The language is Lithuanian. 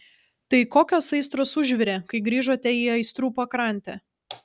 tai kokios aistros užvirė kai grįžote į aistrų pakrantę